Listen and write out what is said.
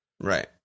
Right